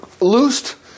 loosed